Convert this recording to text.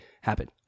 happen